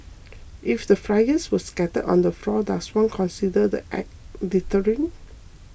if the flyers were scattered on the floor does one consider the Act littering